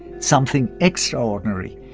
something extraordinary,